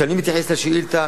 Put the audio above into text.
כשאני מתייחס לשאילתא,